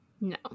No